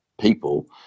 people